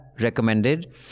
recommended